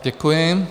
Děkuji.